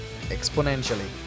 exponentially